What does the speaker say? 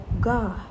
God